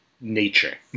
nature